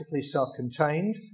self-contained